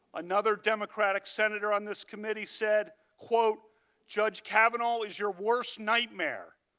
another democratic senator in this committee said, quote judge kavanaugh is your worst nightmare.